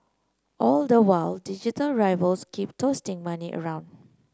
all the while digital rivals keep toasting money around